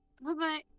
Bye-bye